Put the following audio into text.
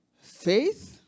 Faith